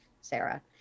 Sarah